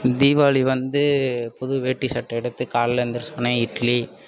தீபாவளி வந்து புது வேட்டி சட்டை எடுத்து காலையில் எழுந்திரிச்சவுன்னே இட்லி